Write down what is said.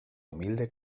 humilde